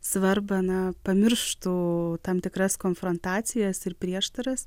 svarbą na pamirštų tam tikras konfrontacijas ir prieštaras